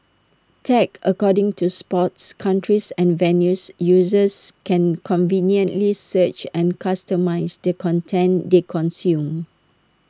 tagged according to sports countries and venues users can conveniently search and customise the content they consume